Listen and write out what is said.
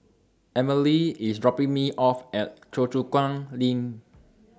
Amelie IS dropping Me off At Choa Chu Kang LINK